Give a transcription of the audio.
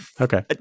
Okay